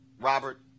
Robert